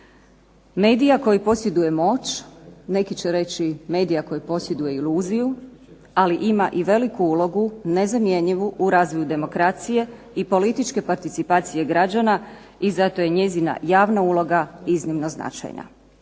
medija koji posjeduje moć, neki će reći medija koji posjeduje iluziju, ali ima i veliku ulogu nezamjenjivu u razvoju demokracije i političke participacije građana i zato je njezina javna uloga iznimno značajna.